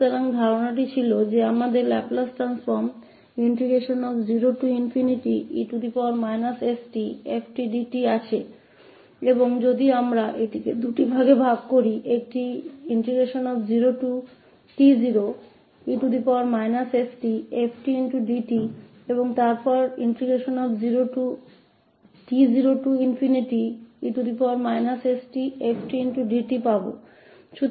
तो हमारे पास लाप्लास ट्रांसफॉर्म है 0e st𝑓𝑡𝑑t और अगर हम सिर्फ इसे दो भागोंमें मे तोड़ते है 0t0e st𝑓𝑡𝑑t और t0e st𝑓𝑡𝑑t